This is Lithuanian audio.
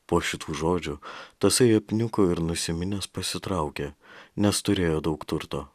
po šitų žodžių tasai apniuko ir nusiminęs pasitraukė nes turėjo daug turto